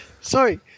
Sorry